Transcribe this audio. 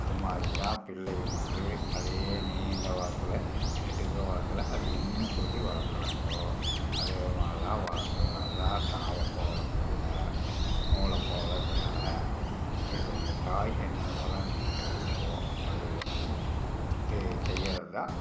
அதை மாதிரிதான் பிள்ளையும் வந்து அதே நீண்ட வாக்கில் நெட்டுக்க வாக்கில் அது என்ன சொல்லி வளர்த்துறாங்களோ அதேமாதிரிதான் வளர்த்தும் அதுதான் தாயைப்போல பிள்ளை நூலைப்போல சேலை அப்படின்னு சொல்லித்தான் தாய் என்னென்னல்லாம் நினைக்கிறாங்களோ அதே வந்து செய்கிறதுதான்